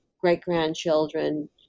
great-grandchildren